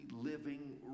living